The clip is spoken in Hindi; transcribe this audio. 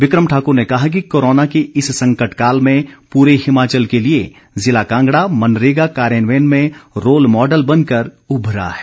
बिक्रम ठाकुर ने कहा कि कोरोना के इस संकट काल में पूरे हिमाचल के लिए जिला कांगड़ा मनरेगा कार्यान्वयन में रोल मॉडल बनकर उभरा है